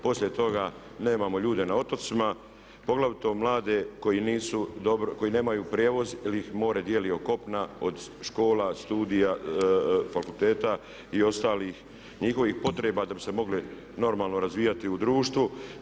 Poslije toga nemamo ljude na otocima poglavito mlade koji nisu dobro, koji nemaju prijevoz ili ih more dijeli od kopna, od škola, studija, fakulteta i ostalih njihovih potreba da bi se mogli normalno razvijati u društvu.